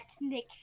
Nick